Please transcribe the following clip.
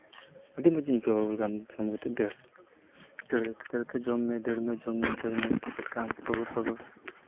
ᱟᱹᱰᱤ ᱢᱚᱡᱤᱧ ᱟᱹᱭᱠᱟᱹᱣᱟ ᱵᱟᱵᱩᱞᱠᱟᱢ ᱡᱚᱢ ᱠᱟᱛᱮ ᱫᱟᱹᱲᱼᱫᱟᱹᱲ ᱠᱟᱛᱮ ᱫᱚ ᱡᱚᱢ ᱢᱮ ᱫᱟᱹᱲ ᱢᱮ ᱡᱚᱢ ᱢᱮ ᱫᱟᱹᱲ ᱢᱮ ᱵᱟᱵᱩᱞᱠᱟᱢ ᱯᱟᱹᱜᱩᱨᱼᱯᱟᱹᱜᱩᱨ